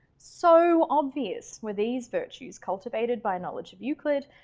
so obvious were these virtues cultivated by knowledge of euclid,